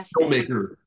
filmmaker